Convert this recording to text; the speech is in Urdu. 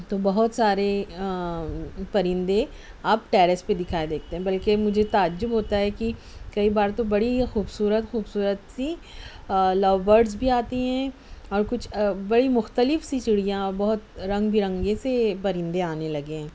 تو بہت سارے پرندے اب ٹیرس پہ دکھائی دیتے ہیں بلکہ مجھے تعجب ہوتا ہے کہ کئی بار تو بڑی خوبصورت خوبصورت سی لو برڈس بھی آتی ہیں اور کچھ بڑی مختلف سی چڑیاں بہت رنگ برنگی سے پرندے آنے لگے ہیں